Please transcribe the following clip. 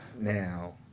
Now